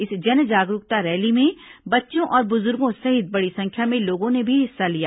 इस जन जागरूकता रैली में बच्चों और बुजुर्गो सहित बड़ी संख्या में लोगों ने भी हिस्सा लिया